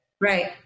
right